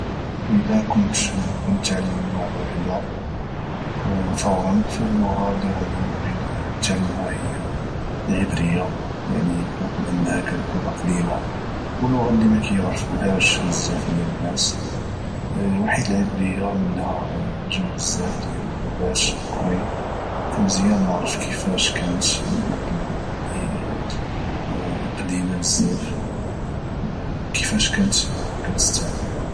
الى كنت غنتعلم لغة واحدة فورا فاللغة اللي غادي نبغي نتعلماها هي العبرية يعني بحكم انها كانت لغة قديمة او لغة اللي مكيعرفوهاش بزاف ديال الناس وحيت العبرية منها جاو بزاف ديال اللغات لخرين فمزيان نعرف كفاش كانت واحد اللغة اللي هي قديمة بزاف كفاش كانت كتستعمل